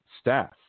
staff